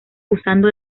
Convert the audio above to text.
usando